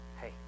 hey